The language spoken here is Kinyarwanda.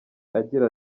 agira